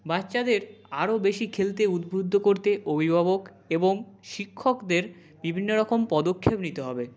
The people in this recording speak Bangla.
বাচ্চাদের আরো বেশি খেলতে উদ্বুদ্ধ করতে অভিভাবক এবং শিক্ষকদের বিভিন্ন রকম পদক্ষেপ নিতে হবে